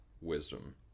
wisdom